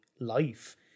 life